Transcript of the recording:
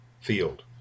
field